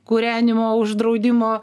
kūrenimo uždraudimo